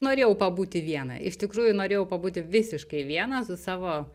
norėjau pabūti viena iš tikrųjų norėjau pabūti visiškai viena su savo